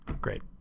Great